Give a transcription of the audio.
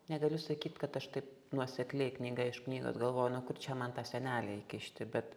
negaliu sakyt kad aš taip nuosekliai knyga iš knygos galvoju nu kur čia man tą senelę įkišti bet